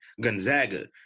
Gonzaga